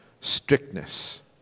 strictness